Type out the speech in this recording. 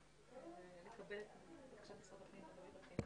להתחיל לפחות להכין מפרטים אחידים.